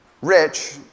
rich